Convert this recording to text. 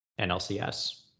NLCS